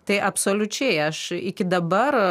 tai absoliučiai aš iki dabar